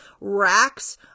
racks